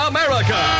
America